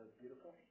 beautiful